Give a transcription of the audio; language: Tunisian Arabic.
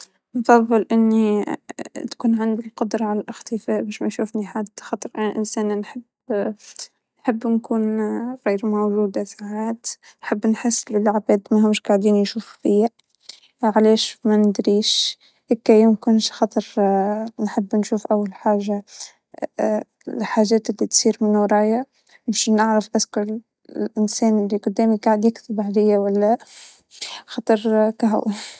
ما بعرف ما جد فكرت بالقصة من جبل إنه طيران أم إختفاء، لأ ما بعرف لكن أعتقد إن كل شي له مميزاته، يعني طيران فيني بشوف العالم من فوق ،لكن ممكن أستبدلها بالطائرات الحين الإختفاء ما بعرف يمكن أختار الإختفاء بختارالإختفاء.